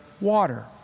water